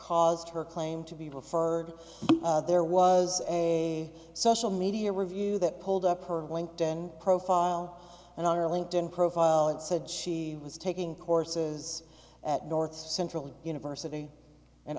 caused her claim to be referred there was a social media review that pulled up her linked in profile and on her linked in profile it said she was taking courses at north central university and